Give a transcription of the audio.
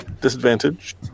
Disadvantage